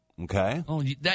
Okay